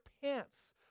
pants